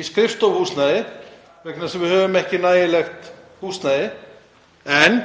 í skrifstofuhúsnæði vegna þess að við höfum ekki nægilegt húsnæði. En